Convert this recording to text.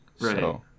Right